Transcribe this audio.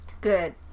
Good